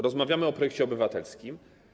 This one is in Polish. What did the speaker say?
Rozmawiamy o projekcie obywatelskim.